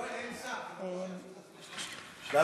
אין שר, תבקש שיעצרו את הזמן.